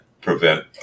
prevent